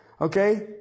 Okay